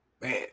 man